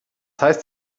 heißt